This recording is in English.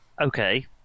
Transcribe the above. Okay